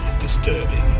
disturbing